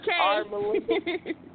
Okay